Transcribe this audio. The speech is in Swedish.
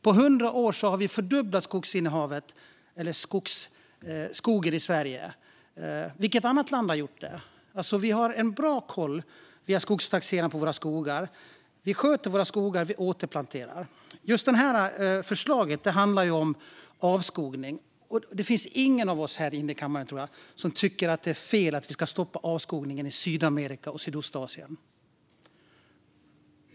På hundra år har vi fördubblat skogen i Sverige. Vilket annat land har gjort det? Vi har bra koll. Vi har skogstaxering på våra skogar, vi sköter våra skogar och vi återplanterar. Just det här förslaget handlar om avskogning. Jag tror inte att någon av oss här i kammaren tycker att det är fel att stoppa avskogningen i Sydamerika och Sydostasien.